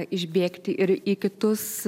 išbėgti ir į kitus